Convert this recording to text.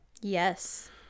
yes